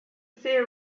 stay